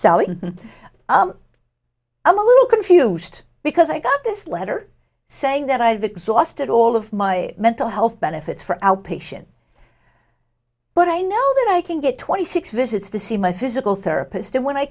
sally i'm a little confused because i got this letter saying that i've exhausted all of my mental health benefits for outpatient but i know that i can get twenty six visits to see my physical therapist and when i